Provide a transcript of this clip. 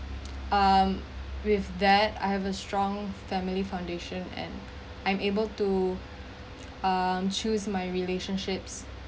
I think um with that I have a strong family foundation and I'm able to um choose my relationships